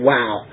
Wow